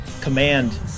command